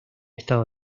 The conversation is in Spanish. estado